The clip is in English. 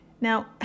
Now